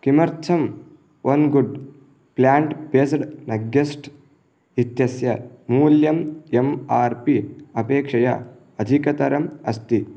किमर्थं one good plant based nuggets इत्यस्य मूल्यम् एम् आर् पी अपेक्षया अधिकतरम् अस्ति